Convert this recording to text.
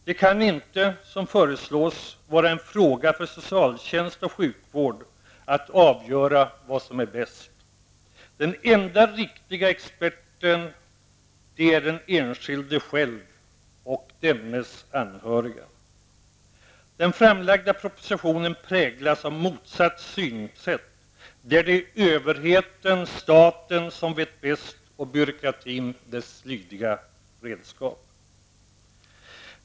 Det kan inte -- som föreslås -- vara en fråga för socialtjänst och sjukvård att avgöra vad som är bäst. Den enda riktiga experten är den enskilde själv och dennes anhöriga. Den framlagda propositionen präglas av motsatt synsätt där det är överheten -- staten -- som vet bäst och där byråkratin är dess lydiga redskap.